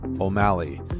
O'Malley